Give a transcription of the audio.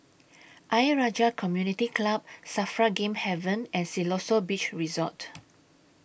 Ayer Rajah Community Club SAFRA Game Haven and Siloso Beach Resort